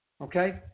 okay